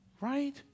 right